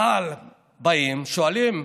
באים, שואלים: